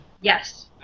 Yes